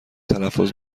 تلفظ